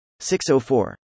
604